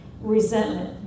resentment